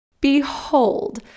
Behold